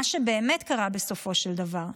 מה שבאמת קרה בסופו של דבר.